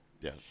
Yes